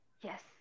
Yes